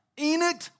Enoch